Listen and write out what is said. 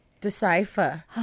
decipher